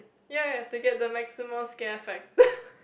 ya have to get the maximum scare factor